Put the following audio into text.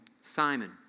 Simon